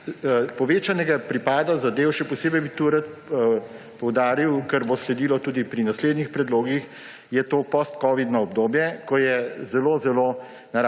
Povečan pripad zadev ‒ še posebej bi tu rad poudaril, kar bo sledilo tudi pri naslednjih predlogih ‒, je prineslo to postcovidno obdobje, ko je zelo zelo